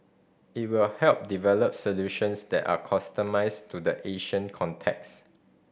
it will help develop solutions that are customised to the Asian context